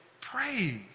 praise